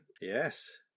Yes